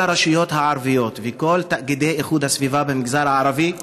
כל הרשויות הערביות וכל תאגידי איכות הסביבה במגזר הערבי,